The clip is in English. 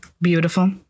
Beautiful